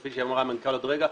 כפי שיאמר המנכ"ל עוד רגע,